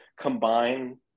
combine